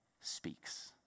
speaks